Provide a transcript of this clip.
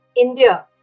India